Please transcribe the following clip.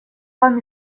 вам